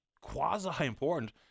quasi-important